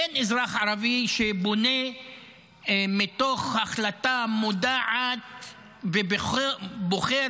אין אזרח ערבי שבונה מתוך החלטה מודעת ובוחר